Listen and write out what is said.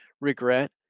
regret